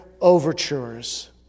overtures